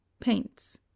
paints